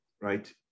right